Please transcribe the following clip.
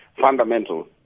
fundamental